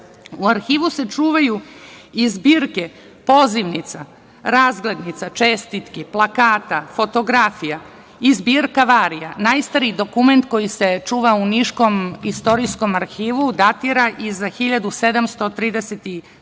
Arhivu se čuvaju i zbirke pozivnica, razglednica, čestitki, plakata, fotografija i zbirka varia. Najstariji dokument koji se čuva u niškom Istorijskom arhivu datira iz 1737.